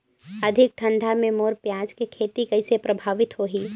अधिक ठंडा मे मोर पियाज के खेती कइसे प्रभावित होही?